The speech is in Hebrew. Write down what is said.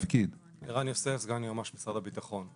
ערן יוסף, סגן יועמ"ש משרד הביטחון.